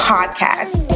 Podcast